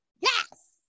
yes